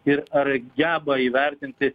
ir ar geba įvertinti